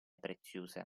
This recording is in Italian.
preziose